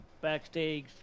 backstage